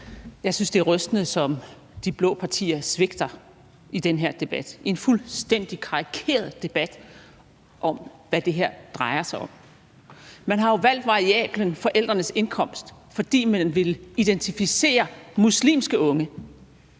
Jeg synes, det er rystende, som de blå partier svigter i den her debat. Det er en fuldstændig karikeret debat om, hvad det her drejer sig om. Man har jo valgt parameteret forældrenes indkomst, fordi man ville identificere muslimske unge.